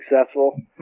successful